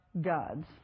God's